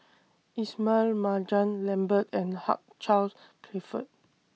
Ismail Marjan Lambert and Hugh Charles Clifford